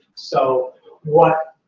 so what.